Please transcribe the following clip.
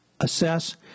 assess